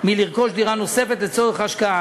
מלרכוש דירה נוספת לצורך השקעה.